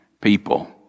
People